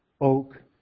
Oak